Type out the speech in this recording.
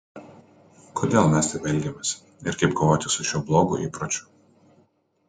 kodėl mes taip elgiamės ir kaip kovoti su šiuo blogu įpročiu